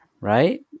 right